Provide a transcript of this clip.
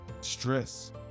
Stress